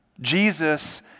Jesus